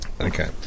Okay